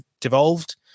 devolved